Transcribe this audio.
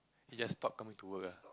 you just stop coming to work ah